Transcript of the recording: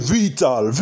Vital